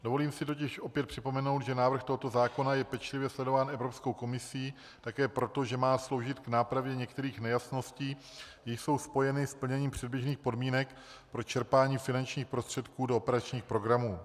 Dovolím si totiž opět připomenout, že návrh tohoto zákona je pečlivě sledován Evropskou komisí také proto, že má sloužit k nápravě některých nejasností, jež jsou spojeny s plněním předběžných podmínek pro čerpání finančních prostředků do operačních programů.